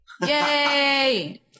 Yay